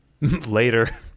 Later